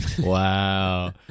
Wow